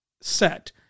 set